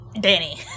Danny